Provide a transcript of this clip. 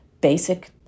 basic